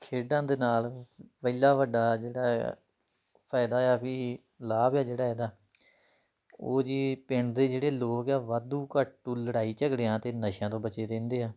ਖੇਡਾਂ ਦੇ ਨਾਲ ਪਹਿਲਾ ਵੱਡਾ ਜਿਹੜਾ ਆ ਫ਼ਾਇਦਾ ਆ ਵੀ ਲਾਭ ਆ ਜਿਹੜਾ ਇਹਦਾ ਉਹ ਜੀ ਪਿੰਡ ਦੇ ਜਿਹੜੇ ਲੋਕ ਆ ਵਾਧੂ ਘਾਟੂ ਲੜਾਈ ਝਗੜਿਆਂ ਅਤੇ ਨਸ਼ਿਆਂ ਤੋਂ ਬਚੇ ਰਹਿੰਦੇ ਆ